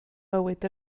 mywyd